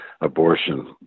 abortion